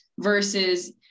versus